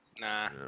Nah